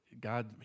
God